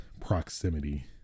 proximity